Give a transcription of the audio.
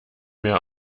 mehr